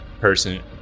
person